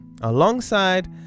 Alongside